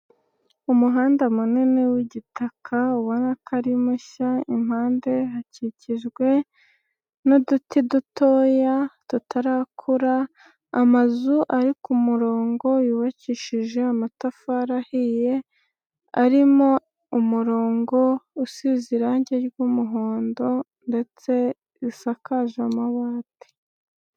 Umuhanda munini w'igitaka ubona ko ari mushya, impande hakikijwe n'uduti dutoya, tutarakura, amazu ari ku murongo yubakishije amatafari ahiye, arimo umurongo usize irangi ry'umuhondo ndetse risakaje amabate.